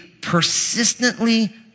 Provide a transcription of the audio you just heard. persistently